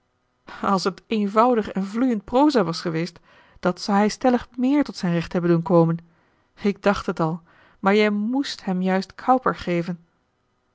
als het eenvoudig en vloeiend proza was geweest dat zou hij stellig meer tot zijn recht hebben doen komen ik dacht het al maar jij moest hem juist cowper geven